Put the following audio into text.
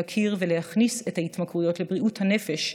להכיר ולהכניס את ההתמכרויות לתחום בריאות הנפש,